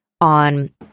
on